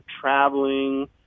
traveling